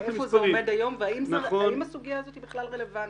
היכן זה עומד היום והאם הסוגיה הזאת בכלל רלוונטית.